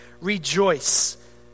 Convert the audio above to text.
rejoice